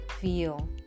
Feel